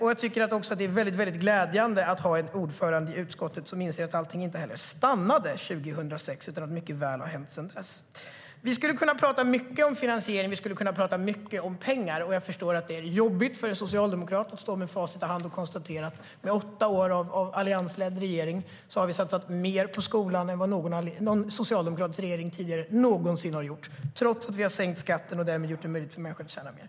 Det är också väldigt glädjande att ha en ordförande i utskottet som inser att allting inte heller stannade 2006 utan att mycket har hänt sedan dess. Vi skulle kunna prata mycket om finansiering och pengar, och jag förstår att det är jobbigt för en socialdemokrat att stå med facit i hand och konstatera att vi under åtta år med en alliansledd regering har satsat mer på skolan än någon socialdemokratisk regering någonsin har gjort tidigare - trots att vi har sänkt skatten och därmed gjort det möjligt för människor att tjäna mer.